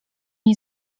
nie